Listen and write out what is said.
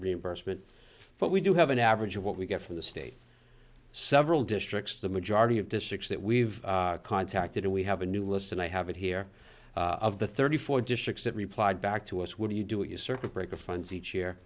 reimbursement but we do have an average of what we got from the state several districts the majority of districts that we've contacted and we have a new list and i have it here of the thirty four districts that replied back to us what do you do a circuit breaker funds each year